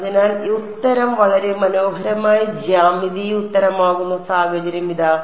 അതിനാൽ ഉത്തരം വളരെ മനോഹരമായ ജ്യാമിതീയ ഉത്തരമാകുന്ന സാഹചര്യം ഇതാ